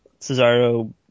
Cesaro